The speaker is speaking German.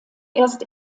erst